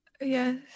Yes